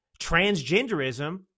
transgenderism